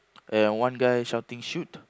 and one guy shouting shoot